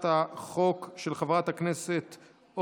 בעד, 17 חברי כנסת,